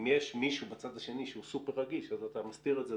אם יש מישהו בצד השני שהוא סופר רגיש אז אתה מסתיר את זה,